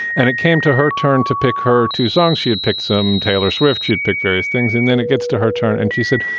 and it came to her turn to pick her two songs. she had picked some taylor swift. she had picked various things. and then it gets to her turn and she said,